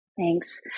Thanks